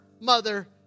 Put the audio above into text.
mother